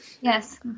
yes